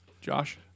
Josh